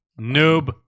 noob